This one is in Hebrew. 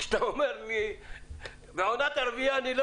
כשאתה אומר לי שבעונת הרבייה אתה לא